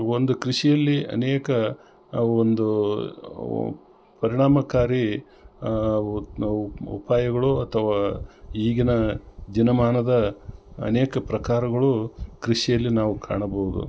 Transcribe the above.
ಒಂದು ಕೃಷಿಯಲ್ಲಿ ಅನೇಕ ಅವು ಒಂದು ಪರಿಣಾಮಕಾರಿ ಉಪಾಯಗಳು ಅಥವ ಈಗಿನ ಜನಮಾನದ ಅನೇಕ ಪ್ರಕಾರಗಳು ಕೃಷಿಯಲ್ಲಿ ನಾವು ಕಾಣಬಹುದು